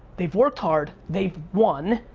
they've worked hard, they've won,